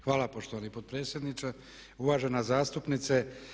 Hvala poštovani potpredsjedniče, uvažena zastupnice.